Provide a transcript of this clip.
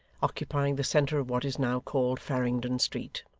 occupying the centre of what is now called farringdon street.